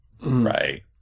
Right